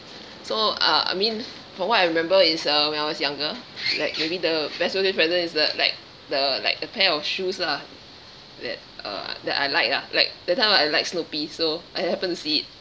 so uh I mean from what I remember is uh when I was younger like maybe the best birthday present is the like the like a pair of shoes lah that uh that I like lah like that time I like snoopy so I happen to see it